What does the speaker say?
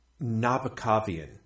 Nabokovian